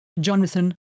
Jonathan